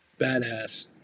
badass